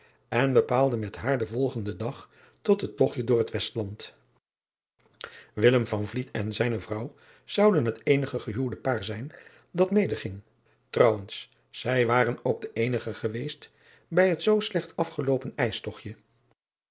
en bepaalde met haar den volgenden dag tot het togtje door het estland en zijne vrouw zouden het eenige gehuwde paar zijn dat medeging trouwens zij waren ook de eenige geweest bij het zoo slecht afgeloopen